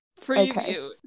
Preview